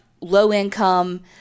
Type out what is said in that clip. low-income